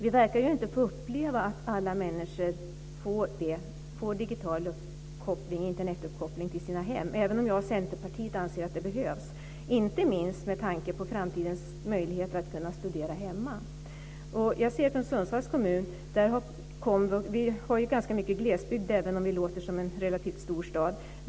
Vi verkar ju inte få uppleva att alla människor får Internetuppkoppling till sina hem, även om jag och Centerparitet anser att det behövs, inte minst med tanke på framtidens möjligheter att studera hemma. I Sundsvalls kommun har vi ju ganska mycket glesbygd, även om det är en relativt stor stad.